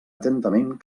atentament